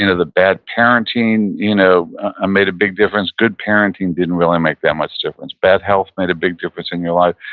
you know the bad parenting you know ah made a big difference. good parenting didn't really make that much difference. bad health made a big difference in your life.